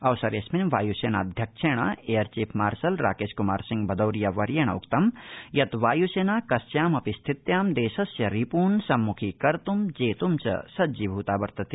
अवसरेऽस्मिन वायु सेना अध्यक्षेण air chief marshal Rakesh Kumar Singh Bhadauria वर्येणोंक्त यत् वायुसेना कस्यामपि स्थित्यां देशस्य रिपून् सम्मुखीकर्ती जेत्ं च सज्जीभूता वर्तते